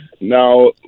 Now